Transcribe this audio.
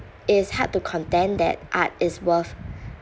it is hard to contend that art is worth